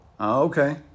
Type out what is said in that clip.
Okay